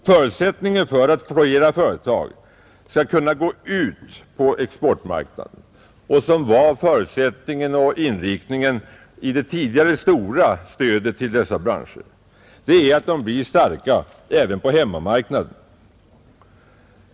Förutsättningen för att flera företag skall kunna gå ut på exportmarknaden — vilket var inriktningen för det tidigare stora stödet till dessa branscher — är att de blir starka även på hemmamarknaden.